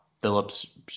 Phillips